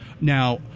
Now